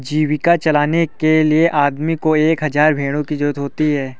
जीविका चलाने के लिए आदमी को एक हज़ार भेड़ों की जरूरत होती है